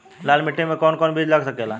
लाल मिट्टी में कौन कौन बीज लग सकेला?